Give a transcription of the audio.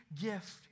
gift